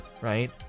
right